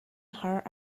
her